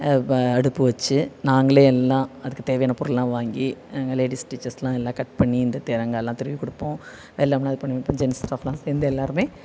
ப அடுப்பு வெச்சு நாங்களே எல்லாம் அதுக்கு தேவையான பொருளெல்லாம் வாங்கி அங்கே லேடீஸ் டீச்சர்ஸெல்லாம் எல்லா கட் பண்ணி இந்த தேங்காயெல்லாம் துருவி கொடுப்போம் எல்லாமே அது பண்ணி கொடுப்போம் ஜென்ஸ் ஸ்டாஃப்பெல்லாம் சேர்ந்து எல்லாேருமே